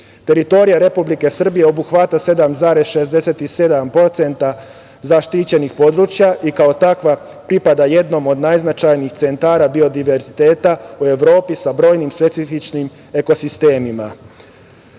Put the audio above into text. Srbije. Teritorija Republike Srbije obuhvata 7,67% zaštićenih područja i kao takva pripada jednom od najznačajnijih centara biodiverziteta u Evropi sa brojnim specifičnim eko